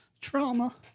Trauma